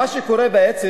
מה שקורה בעצם,